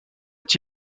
est